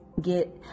get